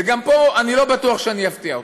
וגם פה אני לא בטוח שאפתיע אותך.